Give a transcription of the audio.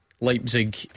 Leipzig